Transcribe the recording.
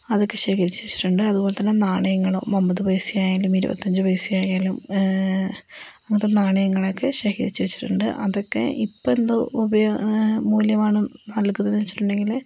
അതൊക്കെ ശേഖരിച്ച് വച്ചിട്ടുണ്ട് അതുപോലെതന്നെ നാണയങ്ങളും അമ്പതു പൈസയായാലും ഇരുപത്തഞ്ചു പൈസയായാലും അങ്ങനത്തെ നാണയങ്ങളെയൊക്കെ ശേഖരിച്ചു വച്ചിട്ടുണ്ട് അതൊക്കെ ഇപ്പോൾ എന്തോ മൂല്യമാണ് നൽകുന്നതെന്നു വച്ചിട്ടുണ്ടെങ്കിൽ